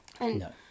no